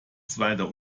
zweiter